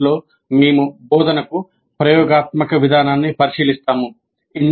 తదుపరి యూనిట్లో మేము బోధనకు ప్రయోగాత్మక విధానాన్ని పరిశీలిస్తాము